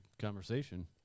conversation